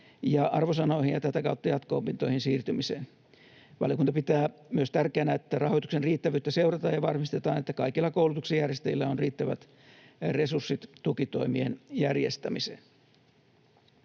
ja arvosanoihin ja tätä kautta jatko-opintoihin siirtymiseen. Valiokunta pitää myös tärkeänä, että rahoituksen riittävyyttä seurataan ja varmistetaan, että kaikilla koulutuksenjärjestäjillä on riittävät resurssit tukitoimien järjestämiseen.